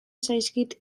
zaizkit